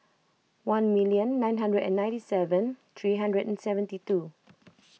one million nine hundred and ninety seven three hundred and seventy two